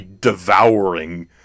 devouring